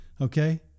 Okay